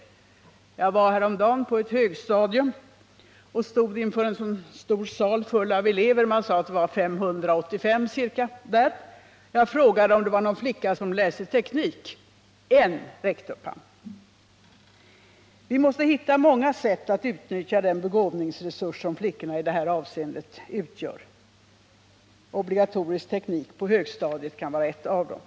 Jag besökte häromdagen en högstadieskola och ställdes då inför ett stort antal elever i en samlingssal — man sade att det var ungefär 585 elever. Jag frågade om det fanns någon flicka som läste teknik. En enda flicka räckte upp handen. Vi måste hitta flera sätt att utnyttja den begåvningsresurs som flickorna i det här avseendet utgör. Obligatorisk teknik på högstadiet är ett av dem.